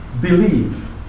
believe